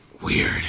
Weird